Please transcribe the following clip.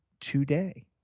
today